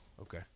Okay